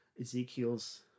Ezekiel's